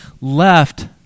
left